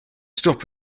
stop